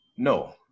No